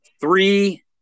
three